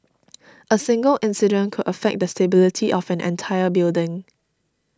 a single incident could affect the stability of an entire building